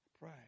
Pray